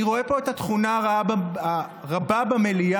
אני רואה פה את התכונה הרבה במליאה,